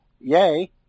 yay